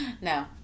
no